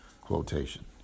quotation